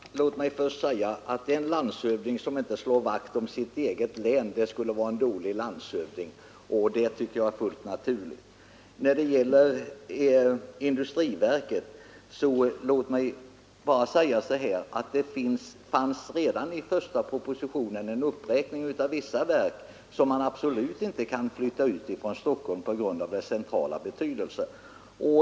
Fru talman! Låt mig först säga att den landshövding som inte slår vakt om sitt eget län skulle vara en dålig landshövding, så det uttalandet tycker jag är fullt naturligt. När det gäller industriverket fanns det redan i den första propositionen en uppräkning av vissa verk som man absolut inte kan flytta ut från Stockholm på grund av deras centrala betydelse.